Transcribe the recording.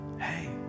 hey